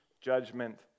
judgment